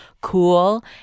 cool